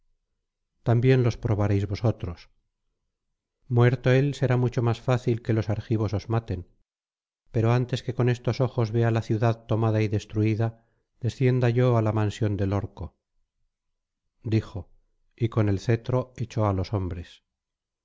también los probaréis vosotros muerto él será mucho más fácil que los argivos os maten pero antes que con estos ojos vea la ciudad tomada y destruida descienda yo á la mansión del orco dijo y con el cetro echó á los hombres